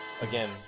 again